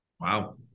Wow